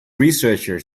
researcher